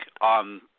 on